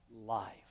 life